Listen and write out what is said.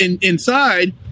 inside